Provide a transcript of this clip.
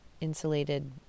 insulated